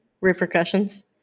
Repercussions